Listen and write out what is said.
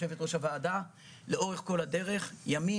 יושבת-ראש הוועדה לאורך כל הדרך ימים